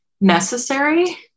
necessary